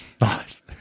Nice